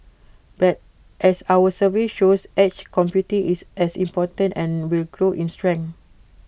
but as our survey shows edge computing is as important and will grow in strength